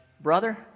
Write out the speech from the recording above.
Brother